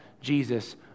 Jesus